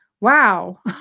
wow